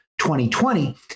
2020